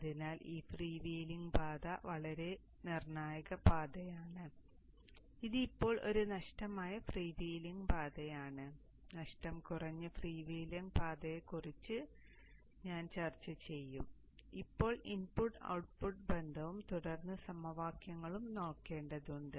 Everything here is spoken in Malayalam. അതിനാൽ ഈ ഫ്രീ വീലിംഗ് പാത വളരെ വളരെ നിർണായകമായ പാതയാണ് ഇത് ഇപ്പോൾ ഒരു നഷ്ടമായ ഫ്രീ വീലിംഗ് പാതയാണ് പിന്നീട് നഷ്ടം കുറഞ്ഞ ഫ്രീ വീലിംഗ് പാതയെക്കുറിച്ച് ഞാൻ ചർച്ച ചെയ്യും നമ്മൾ ഇപ്പോൾ ഇൻപുട്ട് ഔട്ട്പുട്ട് ബന്ധവും തുടർന്ന് സമവാക്യങ്ങളും നോക്കേണ്ടതുണ്ട്